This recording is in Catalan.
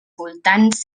voltants